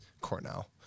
Cornell